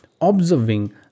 observing